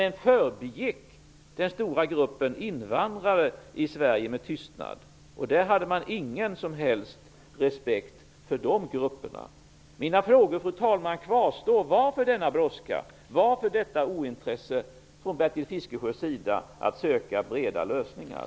Den stora gruppen invandrare i Sverige förbigicks med tystnad. Man hade ingen som helst respekt för den gruppen. Fru talman! Mina frågor kvarstår. Varför har man denna brådska? Varför är Bertil Fiskesjö så ointresserad av att söka breda lösningar?